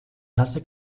nasse